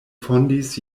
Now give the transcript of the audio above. fondis